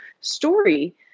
story